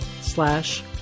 slash